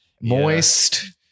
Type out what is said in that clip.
Moist